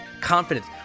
confidence